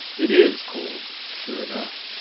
it is cold, sure enough.